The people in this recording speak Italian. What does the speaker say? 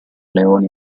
leoni